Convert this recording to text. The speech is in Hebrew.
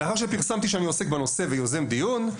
לאחר שפרסמתי שאני עוסק בנושא ויוזם דיון,